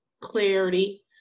clarity